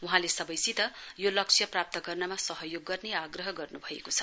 वहाँले सबैसित यो लक्ष्य प्राप्त गर्नमा सहयोग गर्ने आग्रह गर्नु भएको छ